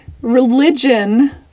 religion